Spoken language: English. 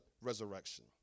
resurrection